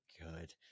good